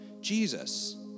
Jesus